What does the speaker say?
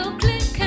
click